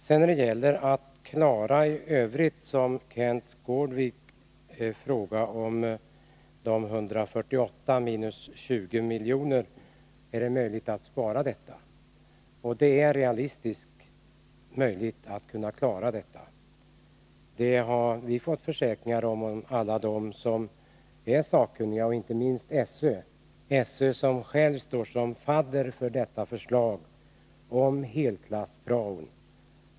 Kenth Skårvik frågade om det är möjligt att spara 148 milj.kr. minus de 20 milj.kr. som skall återföras till kommunerna. Ja, det är realistiskt. Det har vi fått försäkringar om från alla dem som är sakkunniga, inte minst från sÖ, som står som fadder för detta förslag om helklass-prao.